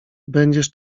będziesz